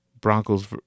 Broncos